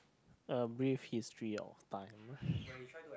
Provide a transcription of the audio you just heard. a brief history or fun